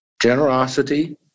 generosity